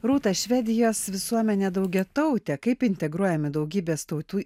rūta švedijos visuomenė daugiatautė kaip integruojami daugybės tautų